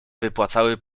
wypłacały